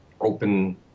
open